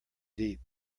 deep